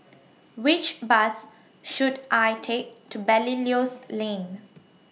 Which Bus should I Take to Belilios Lane